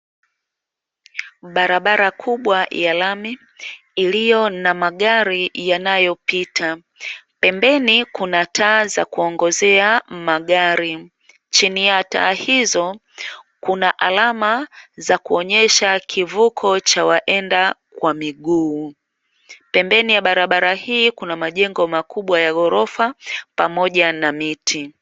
Barabara kubwa ya lami iliyo na magari yanayopita, pembeni kuna taa za kuongozea magari, chini ya taa hizo kuna alama za kuonyesha kivuko cha waenda kwa miguu. Pembeni ya barabara hii kuna majengo makubwa ya ghorofa, pamoja na miti.